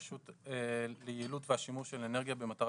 והיא גם הקימה את הרשות ליעילות והשימוש של אנרגיה במטרה